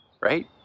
right